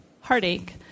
heartache